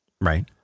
Right